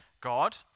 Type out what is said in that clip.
God